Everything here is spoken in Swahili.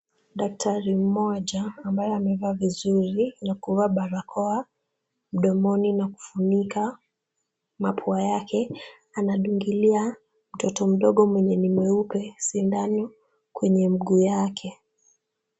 Daktari mmoja ambaye amevaa vizuri na kuvaa barakoa mdomoni na kufunika mapua yake anadungilia mtoto mdogo mwenye ni mweupe sindano kwenye mguu yake.